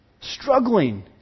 Struggling